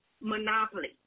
monopoly